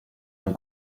nel